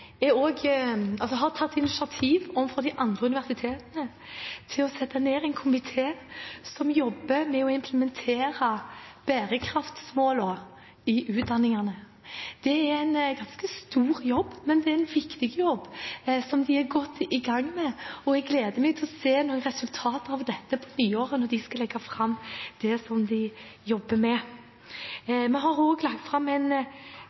har overfor de andre universitetene tatt initiativ til å sette ned en komité som jobber med å implementere bærekraftsmålene i utdanningene. Det er en ganske stor jobb, men det er en viktig jobb, som de er godt i gang med, og jeg gleder meg til å se noen resultater av dette på nyåret, når de skal legge fram det de jobber med. Vi la også fram en